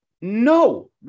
No